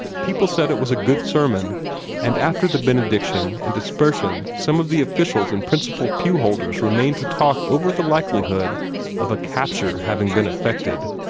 people said it was a good sermon and after the benediction and dispersion some of the officials and principal pew-holders remained to talk over the likelihood of a capture having been effected.